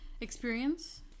experience